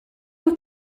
wyt